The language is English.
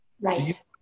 Right